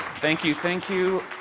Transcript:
thank you, thank you.